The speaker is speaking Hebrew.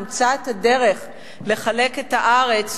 נמצא את הדרך לחלק את הארץ,